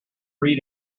read